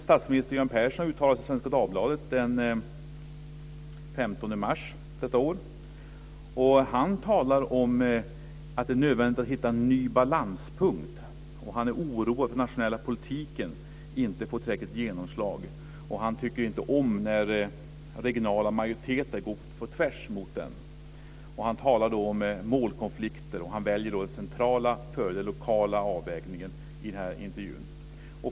Statsminister Göran Persson uttalade sig i Svenska Dagbladet den 15 mars i år. Han talar om att det är nödvändigt att hitta en ny balanspunkt. Han är oroad för att den nationella politiken inte får tillräckligt genomslag. Han tycker inte om när regionala majoriteter går på tvärs mot den. Han talar om målkonflikter och väljer i intervjun det centrala före den lokala avvägningen.